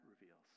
reveals